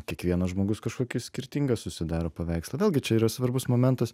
kiekvienas žmogus kažkokį skirtingą susidaro paveikslą vėlgi čia yra svarbus momentas